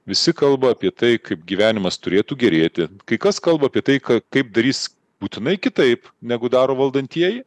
visi kalba apie tai kaip gyvenimas turėtų gerėti kai kas kalba apie tai ką kaip darys būtinai kitaip negu daro valdantieji